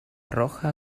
roja